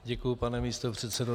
Děkuju, pane místopředsedo.